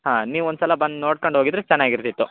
ಹಾಂ ನೀವು ಒಂದು ಸಲ ಬಂದು ನೋಡ್ಕಂಡು ಹೋಗಿದ್ದರೆ ಚೆನ್ನಾಗಿರ್ತಿತ್ತು